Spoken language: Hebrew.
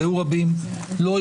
והיו רבים,